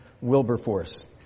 Wilberforce